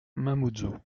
mamoudzou